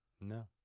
No